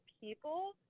people